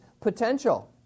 potential